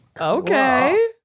Okay